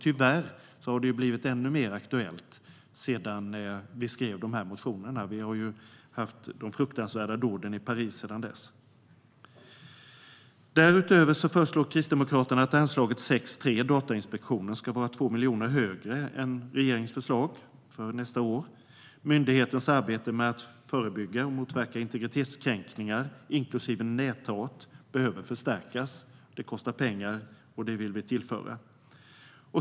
Tyvärr har det blivit ännu mer aktuellt sedan vi skrev motionerna. De fruktansvärda dåden i Paris har skett sedan dess. Därutöver föreslår Kristdemokraterna att anslaget 6:3, Datainspektionen, ska vara 2 miljoner högre än regeringens förslag för nästa år. Myndighetens arbete med att förebygga och motverka integritetskränkningar, inklusive näthat, behöver förstärkas. Det kostar pengar, och det vill vi tillföra.